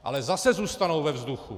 Ale zase zůstanou ve vzduchu!